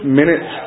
minutes